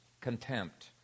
contempt